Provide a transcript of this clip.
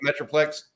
Metroplex